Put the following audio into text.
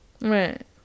Right